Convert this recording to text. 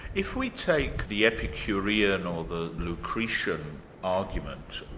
if we take the epicurean or the lucretian argument,